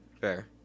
Fair